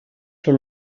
són